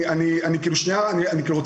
כשאני אחד